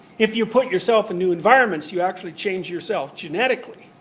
if you put yourself in new environments you actually change yourself genetically.